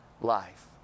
life